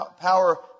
power